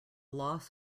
loss